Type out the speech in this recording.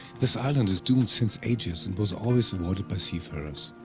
this island is doomed since ages and was always avoided be seafarers.